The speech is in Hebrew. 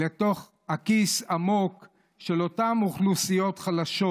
עמוק לתוך הכיס של אותן אוכלוסיות חלשות,